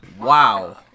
Wow